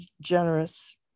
generous